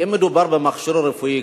אם מדובר במכשיר רפואי,